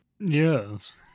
Yes